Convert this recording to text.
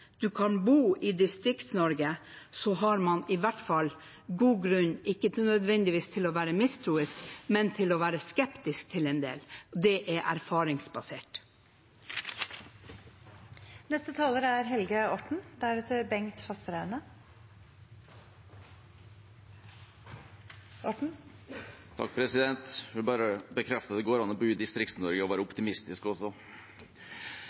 har man iallfall god grunn til ikke nødvendigvis å være mistroisk, men til å være skeptisk til en del. Det er erfaringsbasert. Jeg vil bare bekrefte at det går an å bo i Distrikts-Norge og være optimistisk også.